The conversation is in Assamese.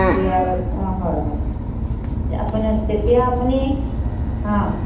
বিয়াৰ বাবে অ' হয় হয় আপুনি তেতিয়া আপুনি অ'